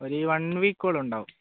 ഒരു വൺ വീക്കോളം ഉണ്ടാവും